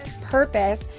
Purpose